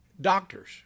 doctors